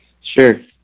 Sure